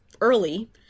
early